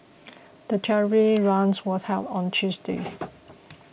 the charity run was held on a Tuesday